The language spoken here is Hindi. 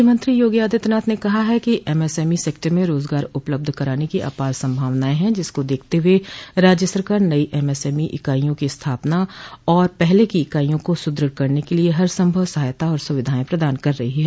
मुख्यमंत्री योगी आदित्यनाथ ने कहा है कि एमएसएमई सेक्टर में रोजगार उपलब्ध कराने की अपार संभावनाएं है जिसकों देखत हुए राज्य सरकार नई एमएसएमई इकाईयों की स्थापना और पहले की इकाईयों को सुदृढ़ करने के लिए हरसंभव सहायता और सुविधाएं प्रदान कर रही है